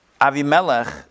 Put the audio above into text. Avimelech